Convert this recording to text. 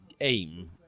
aim